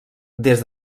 des